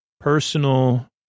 Personal